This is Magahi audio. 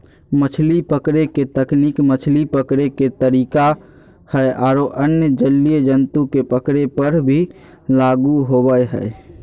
मछली पकड़े के तकनीक मछली पकड़े के तरीका हई आरो अन्य जलीय जंतु के पकड़े पर भी लागू होवअ हई